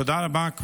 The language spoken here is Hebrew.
תודה רבה.